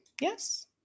Yes